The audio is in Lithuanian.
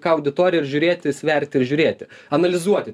ką auditorija ir žiūrėti sverti žiūrėti analizuoti